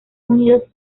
unidos